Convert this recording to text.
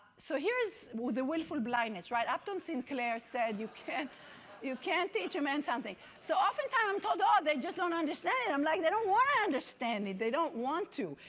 so here is the willful blindness, right? upton sinclair said, you can't you can't teach a man something. so oftentimes i'm told, ah they just don't understand. i'm like, they don't want to understand it. they don't want to.